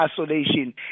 isolation